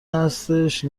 هستش